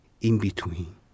in-between